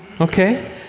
Okay